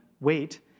weight